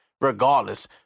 regardless